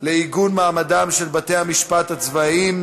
לעיגון מעמדם של בתי-המשפט הצבאיים,